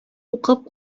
укып